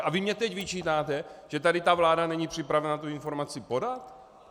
A vy mně teď vyčítáte, že tady ta vláda není připravena tu informaci podat!?